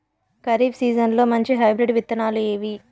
ఖరీఫ్ సీజన్లలో మంచి హైబ్రిడ్ విత్తనాలు ఏవి